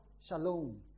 Shalom